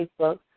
Facebook